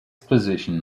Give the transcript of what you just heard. position